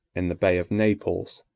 in the bay of naples.